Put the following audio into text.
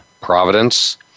Providence